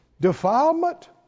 defilement